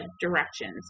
directions